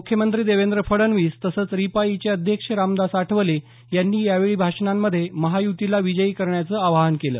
मुख्यमंत्री देवेंद्र फडणवीस तसंच रिपाईंचे अध्यक्ष रामदास आठवले यांनी यावेळी भाषणांमध्ये महायुतीला विजयी करण्याचं आवाहन केलं